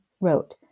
wrote